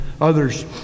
others